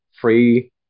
free